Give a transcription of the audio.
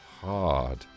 hard